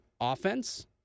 offense